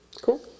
cool